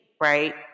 right